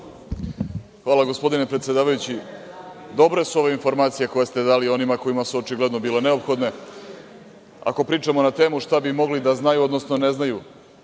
Hvala, gospodine predsedavajući. Dobre su ove informacije koje ste dali onima kojima su očigledno bile neophodne. Ako pričamo na temu šta bi mogli da znaju, odnosno ne znaju,